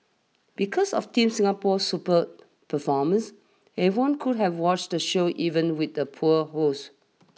because of Team Singapore's superb performances everyone could have watched the show even with the poor host